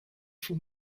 for